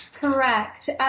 Correct